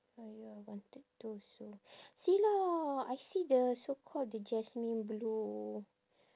!aiya! I wanted to also see lah I see the so called the jasmine blue